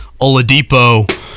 oladipo